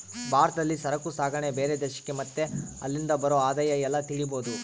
ಭಾರತದಲ್ಲಿ ಸರಕು ಸಾಗಣೆ ಬೇರೆ ದೇಶಕ್ಕೆ ಮತ್ತೆ ಅಲ್ಲಿಂದ ಬರೋ ಆದಾಯ ಎಲ್ಲ ತಿಳಿಬೋದು